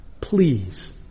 please